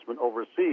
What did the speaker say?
overseas